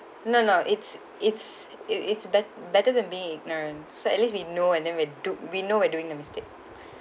no no it's it's it it's bet~ better than being ignorance so at least we know and then we're took we know we're doing a mistake